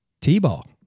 T-ball